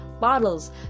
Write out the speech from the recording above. bottles